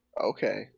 okay